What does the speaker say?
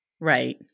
Right